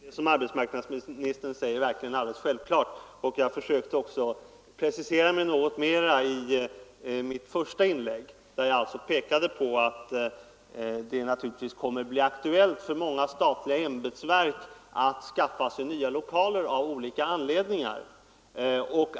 Fru talman! Det är, som arbetsmarknadsministern säger, alldeles självklart att staten inte kan bära sig åt hur som helst när det gäller att skaffa nya lokaler. Jag försökte också precisera mig något mer i mitt första inlägg där jag pekade på att det säkerligen blir aktuellt för många statliga ämbetsverk att skaffa nya lokaler av olika anledningar.